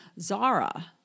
Zara